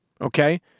Okay